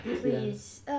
please